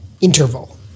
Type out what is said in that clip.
interval